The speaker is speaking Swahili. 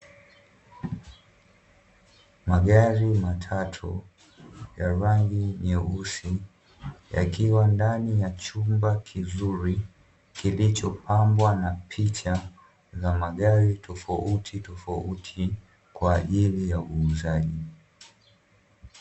Magari matatu , ya rangi nyeusi, yakiwa ndani ya chumba kizuri kilichopambwa na picha za magari tofauti tofauti, kwa ajili ya uuzaji.